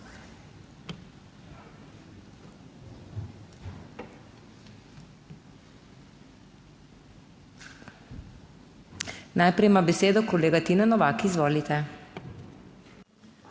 Najprej ima besedo kolega Tine Novak. Izvolite.